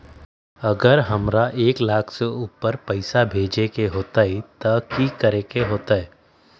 अगर हमरा एक लाख से ऊपर पैसा भेजे के होतई त की करेके होतय?